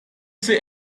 say